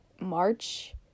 March